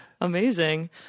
Amazing